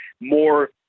more